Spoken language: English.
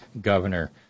Governor